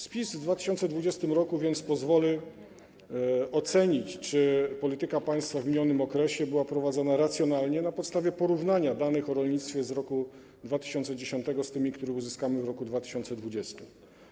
Spis w 2020 r. pozwoli więc ocenić, czy polityka państwa w minionym okresie była prowadzona racjonalnie, na podstawie porównania danych o rolnictwie z roku 2010 z tymi, które uzyskamy w roku 2020.